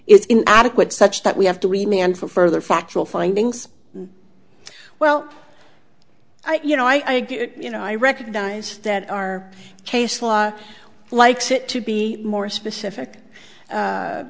is adequate such that we have to remain until further factual findings well i you know i you know i recognize that our case law likes it to be more specific